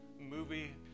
movie